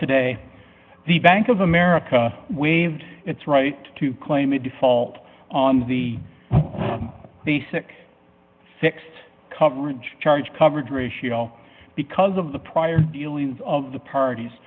today the bank of america waived its right to claim a default on the basic fixed coverage charge coverage ratio because of the prior dealings of the parties